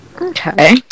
okay